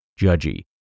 judgy